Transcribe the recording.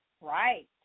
Right